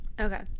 Okay